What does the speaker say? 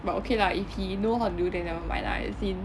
but okay lah if he know how to do then nevermind lah as in